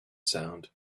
sound